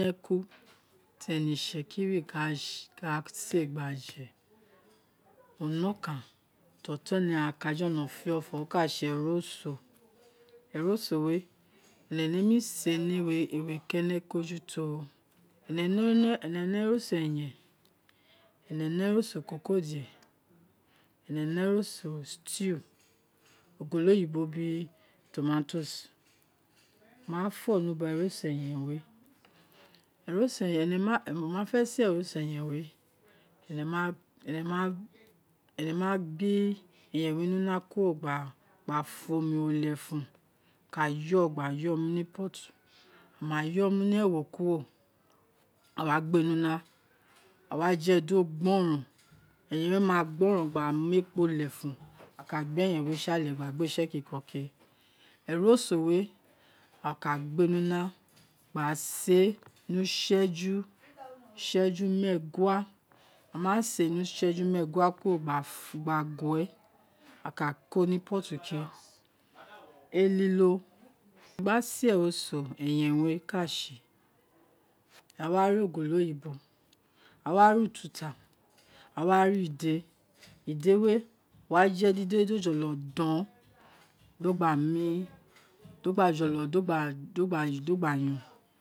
ti e̱we̱ itsekiri ka sē gba je, o ne okan ti oṯo̱n ghan ka jolo fe̱ ofe̱ ro oka sē eroso, eroso we, ene ̣nemu sē ni ewe kenekun eju te enene eroso eyen, ene ne eroso ikokodie, ene ne ero so stevo ogolo oyibo biri tomatoes mo wafo ni ubare ero so eyen we, mo ma fe sē eroso enẹ ma fe sē e̱roso eyeṇ we enẹ ma ene ma ene ma gbe eyeṇ wē ni una kuro gba fon onu ro lefun a ka yo gba yo ni ino pot ama yo ni e̱wo kuro awa gbe ni una, awa jẹde gboron eyen we ma gboron gba mu ekpo lefun eka gbe eyen si ale aka gbe si ekiko kē e̱roso we aka gbe ni una gba sē ē ni useju meegua, ama se ni useju meegua kuro gba gu éè akre ko ni pot ke elilo ti a gba sē eroso eyen ka sē a wa ra ogolo yibo, awa ra ututa, awa ra ide, ide ̄ we, wa je dilde wē do jo̱lo do̱n do gba mu do gba jo̱lo, do gba yọn